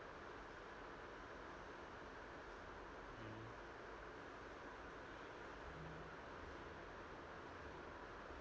mmhmm